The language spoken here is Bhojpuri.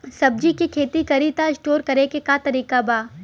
सब्जी के खेती करी त स्टोर करे के का तरीका बा?